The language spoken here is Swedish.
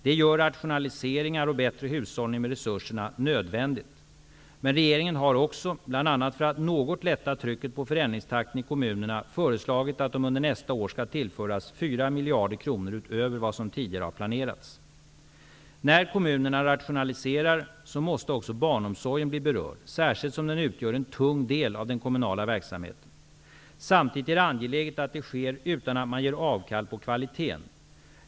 Det gör rationaliseringar och bättre hushållning med resurserna nödvändiga. Men regeringen har också, bl.a. för att något lätta trycket på förändringstakten i kommunerna, föreslagit att de under nästa år skall tillföras 4 miljarder kronor utöver vad som tidigare har planerats. När kommunerna rationaliserar måste också barnomsorgen bli berörd, särskilt som den utgör en tung del av den kommunala verksamheten. Samtidigt är det angeläget att det sker utan att man ger avkall på kvaliteten.